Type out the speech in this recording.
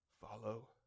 follow